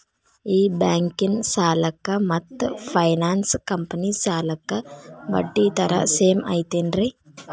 ಈ ಬ್ಯಾಂಕಿನ ಸಾಲಕ್ಕ ಮತ್ತ ಫೈನಾನ್ಸ್ ಕಂಪನಿ ಸಾಲಕ್ಕ ಬಡ್ಡಿ ದರ ಸೇಮ್ ಐತೇನ್ರೇ?